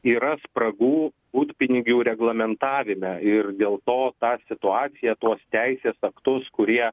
yra spragų butpinigių reglamentavime ir dėl to tą situaciją tuos teisės aktus kurie